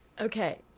Okay